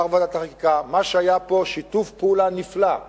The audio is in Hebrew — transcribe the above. וזה עבר בוועדת השרים לענייני חקיקה.